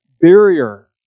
barrier